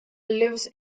lives